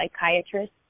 psychiatrist